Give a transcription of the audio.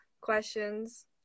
questions